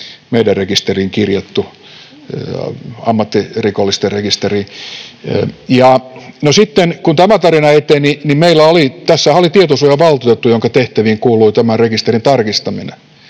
meidän rekisteriin kirjattu, ammattirikollisten rekisteriin. No, kun tämä tarina eteni, niin meillähän oli tietosuojavaltuutettu, jonka tehtäviin kuului tämän rekisterin tarkistaminen.